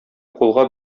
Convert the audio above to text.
кулга